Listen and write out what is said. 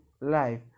life